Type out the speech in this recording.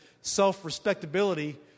self-respectability